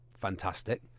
fantastic